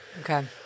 Okay